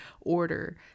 order